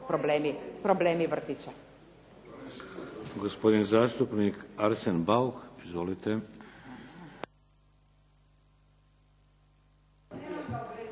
problemi vrtića.